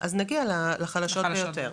אז נגיע לחלשות ביותר.